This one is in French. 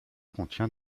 contient